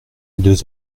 deux